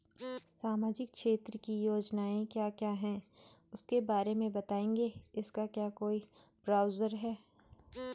सामाजिक क्षेत्र की योजनाएँ क्या क्या हैं उसके बारे में बताएँगे इसका क्या कोई ब्राउज़र है?